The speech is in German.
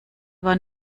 war